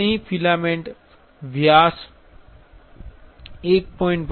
અહીં ફિલામેન્ટ વ્યાસ 1